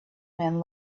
man